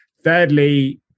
Thirdly